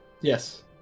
Yes